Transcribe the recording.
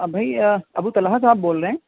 آ بھئی ابو طلحہ صاحب بول رہے ہیں